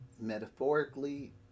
metaphorically